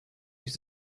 use